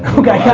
ah okay. yeah